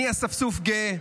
אני אספסוף גאה.